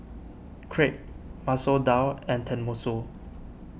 Crepe Masoor Dal and Tenmusu